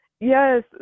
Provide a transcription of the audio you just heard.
Yes